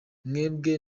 mwebwe